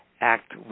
act